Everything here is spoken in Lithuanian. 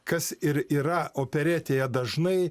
kas ir yra operetėje dažnai